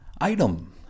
Item